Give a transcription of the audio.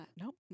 Nope